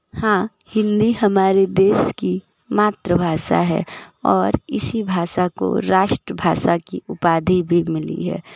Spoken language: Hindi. हाँ हिंदी हमारे देश की मातृभाषा है और इसी भाषा को राष्ट्रभाषा की उपाधि भी मिली है